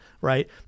right